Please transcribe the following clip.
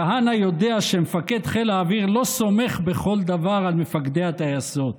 כהנא יודע שמפקד חיל האוויר לא סומך בכל דבר על מפקדי הטייסות.